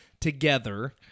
together